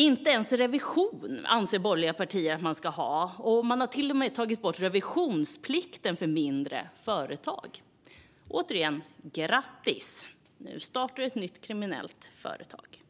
Inte ens revision anser borgerliga partier att man ska ha, och man har till och med tagit bort revisionsplikten för mindre företag. Återigen, grattis - nu startar ett nytt kriminellt företag!